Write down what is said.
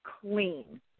clean